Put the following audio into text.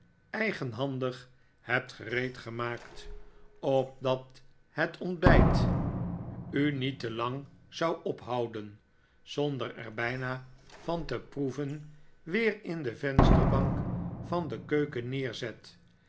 eigenhandig hebt gereed gemaakt opdat het ontbijt u niet te lang zou ophouden zonder er bijna van te proeven weer in de vehsterbank van de keuken neerzet